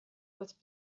with